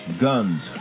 guns